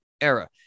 era